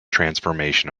transformation